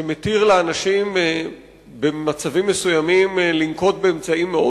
שמתיר לאנשים במצבים מסוימים לנקוט אמצעים מאוד